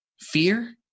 fear